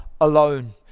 alone